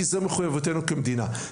כי זה מחויבותנו כמדינה.